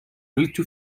ولدت